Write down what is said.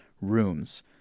rooms